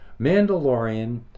Mandalorian